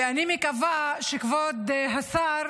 ואני מקווה שכבוד השר